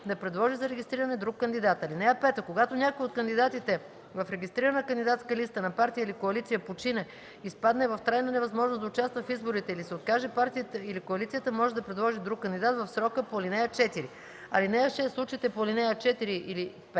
да предложи за регистриране друг кандидат. (5) Когато някой от кандидатите в регистрирана кандидатска листа на партия или коалиция почине, изпадне в трайна невъзможност да участва в изборите или се откаже, партията или коалицията може да предложи друг кандидат в срока по ал. 4. (6) В случаите по ал. 4 или 5,